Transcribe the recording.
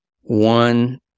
One